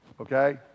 okay